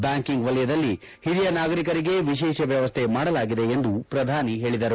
banking ವಲಯದಲ್ಲಿ ಹಿರಿಯ ನಾಗರೀಕರಿಗೆ ವಿಶೇಷ ವ್ಯವಸ್ಥೆ ಮಾಡಲಾಗಿದೆ ಎಂದು ಪ್ರಧಾನಿ ಹೇಳಿದರು